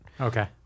Okay